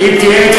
אתה מציע?